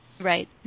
right